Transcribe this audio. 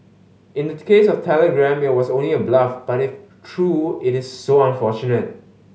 in the case of telegram it was only a bluff but if true it is so unfortunate